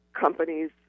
companies